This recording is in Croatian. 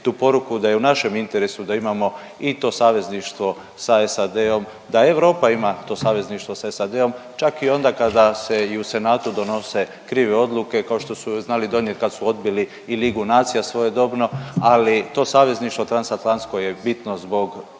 tu poruku da je u našem interesu da imamo i to savezništvo sa SAD-om, da Europa ima to savezništvo s SAD-om, čak i onda kada se i u Senatu donose krive odluke, kao što su ju znali donijet kad su odbili i Ligu nacija svojedobno, ali to savezništvo transatlantsko je bitno zbog